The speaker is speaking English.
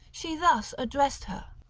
she thus addressed her